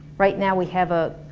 right now we have a.